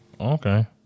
okay